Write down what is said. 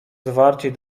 zwarciej